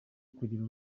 kugira